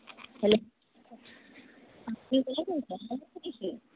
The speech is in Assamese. হেল্ল'